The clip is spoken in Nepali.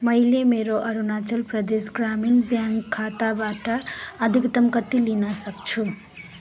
मैले मेरो अरुणाचल प्रदेश ग्रामीण ब्याङ्क खाताबाट अधिकतम कति लिन सक्छु